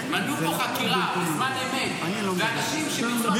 מנעו פה חקירה בזמן אמת מאנשים שביצעו עבירות פליליות.